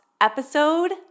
episode